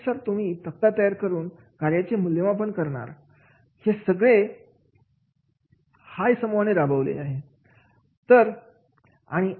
यानुसार तुम्ही तक्ता तयार करून कार्याचे मूल्यमापन करणार हे सगळे हाय समूहाने राबवले आहे